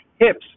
hips